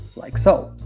like so.